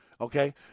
Okay